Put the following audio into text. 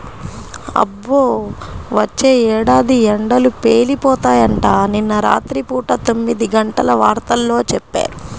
అబ్బో, వచ్చే ఏడాది ఎండలు పేలిపోతాయంట, నిన్న రాత్రి పూట తొమ్మిదిగంటల వార్తల్లో చెప్పారు